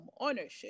ownership